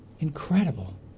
Incredible